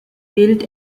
built